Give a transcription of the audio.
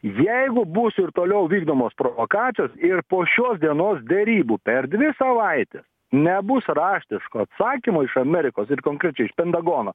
jeigu bus ir toliau vykdomos provokacijos ir po šios dienos derybų per dvi savaites nebus raštiško atsakymo iš amerikos ir konkrečiai iš pentagono